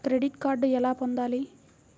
Credit card ఎలా పొందాలి?